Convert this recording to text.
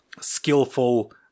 skillful